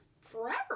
forever